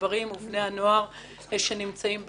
הגברים ובני הנוער שנמצאים בזנות.